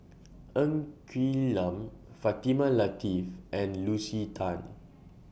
Ng Quee Lam Fatimah Lateef and Lucy Tan